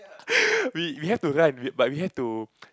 we have to run but we have to